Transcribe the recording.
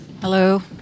Hello